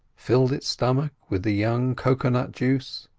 filled its stomach with the young cocoa-nut juice,